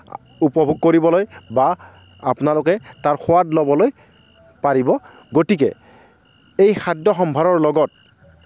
উপভোগ কৰিবলৈ বা আপোনালোকে তাৰ সোৱাদ ল'বলৈ পাৰিব গতিকে এই খাদ্যসম্ভাৰৰ লগত